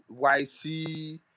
YC